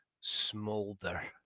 Smolder